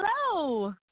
Hello